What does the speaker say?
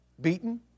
beaten